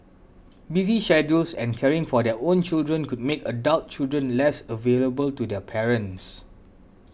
busy schedules and caring for their own children could make adult children less available to their parents